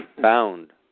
bound